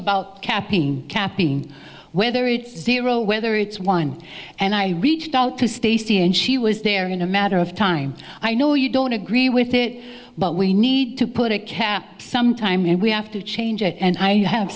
about capping capping whether it's zero whether it's one and i reached out to stacy and she was there in a matter of time i know you don't agree with it but we need to put a cap some time and we have to change it and i have